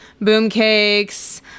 boomcakes